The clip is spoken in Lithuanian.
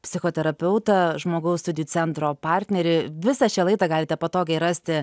psichoterapeutą žmogaus studijų centro partnerį visą šią laidą galite patogiai rasti